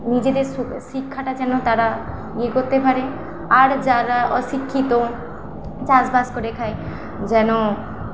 নিজেদের সু শিক্ষাটা যেন তারা ইয়ে করতে পারে আর যারা অশিক্ষিত চাষবাস করে খায় যেন